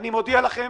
אני מודיע לכם,